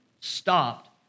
stopped